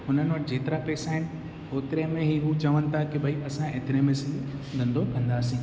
हुननि वटि जेतिरा पैसा आहिनि होतिरे में ई उहे चवनि ता की भई असां एतिरे में धंधो कंदासीं